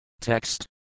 Text